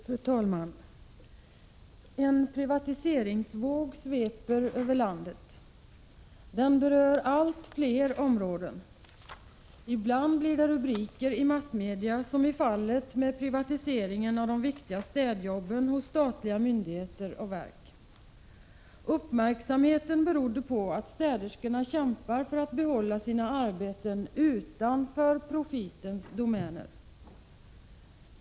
Fru talman! En privatiseringsvåg sveper över landet. Den berör allt fler områden. Ibland blir det rubriker i massmedia, som i fallet med privatiseringen av de viktiga städjobben hos statliga myndigheten och verk. Uppmärksamheten berodde på att städerskorna kämpar för att behålla sina arbeten utanför profitens domäner.